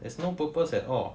there's no purpose at all